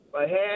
ahead